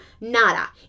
nada